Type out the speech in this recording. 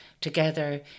together